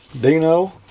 Dino